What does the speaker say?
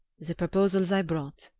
the proposals i brought.